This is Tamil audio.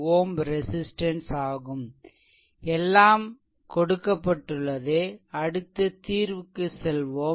5Ω ரெசிஷ்ட்டன்ஸ் ஆகும் எல்லாம் கொடுக்கப்பட்டுள்ளதுஅடுத்து தீர்வுக்கு செல்வோம்